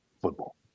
football